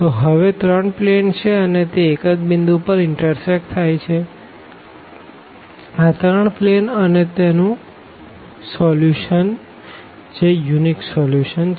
તો હવે ત્રણ પ્લેન છે અને તે એક જ પોઈન્ટ પર ઇન્ટરસેકટ થાય છે આ ત્રણ પ્લેન અને અને તેનું સોલ્યુશન છે જે યુનિક સોલ્યુશન છે